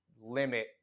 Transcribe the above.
limit